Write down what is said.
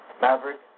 maverick